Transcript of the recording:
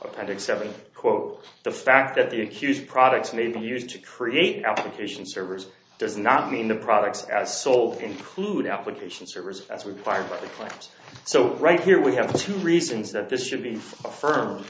hundred seventy quote the fact that the accused products may be used to create application servers does not mean the products as sold include application servers that's required right so right here we have two reasons that this should be affirm